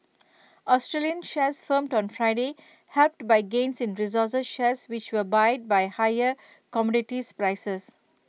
Australian shares firmed on Friday helped by gains in resources shares which were buoyed by higher commodities prices